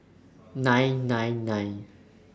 nine nine nine